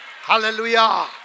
Hallelujah